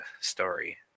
story